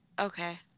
okay